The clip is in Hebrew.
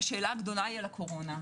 למשל, והשאלה הגדולה היא על הקורונה.